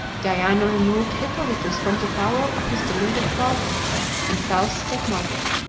diana removed hippolytus from the power of his deluded father and false stepmother,